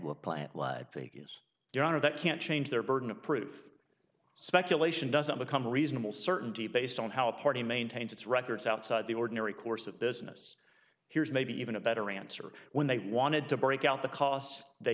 plant you're out of that can change their burden of proof speculation doesn't become reasonable certainty based on how a party maintains its records outside the ordinary course of business here's maybe even a better answer when they wanted to break out the costs they